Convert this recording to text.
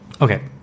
Okay